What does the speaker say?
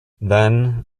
then